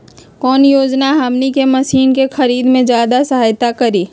कौन योजना हमनी के मशीन के खरीद में ज्यादा सहायता करी?